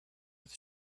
with